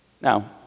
Now